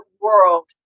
world